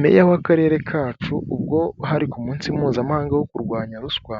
Meya w'akarere kacu ubwo hari ku munsi mpuzamahanga wo kurwanya ruswa,